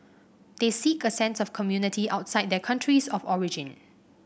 they seek a sense of community outside their countries of origin